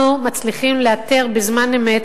אנחנו מצליחים לאתר בזמן אמת,